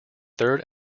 third